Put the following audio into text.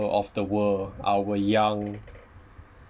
of the world our young